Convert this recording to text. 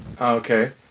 Okay